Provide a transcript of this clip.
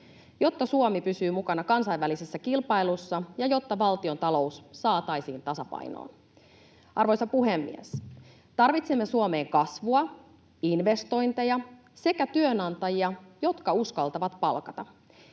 jotta Suomi pysyy mukana kansainvälisessä kilpailussa ja jotta valtiontalous saataisiin tasapainoon. Arvoisa puhemies! Tarvitsemme Suomeen kasvua, investointeja sekä työnantajia, jotka uskaltavat palkata.